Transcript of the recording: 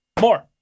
more